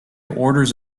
orders